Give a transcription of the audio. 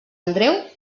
andreu